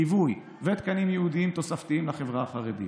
ליווי ותקנים ייעודיים תוספתיים לחברה החרדית.